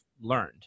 learned